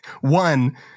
one